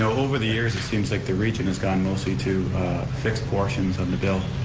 over the years, it seems like the region has gone mostly to fix portions of the bill,